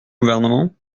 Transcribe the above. gouvernement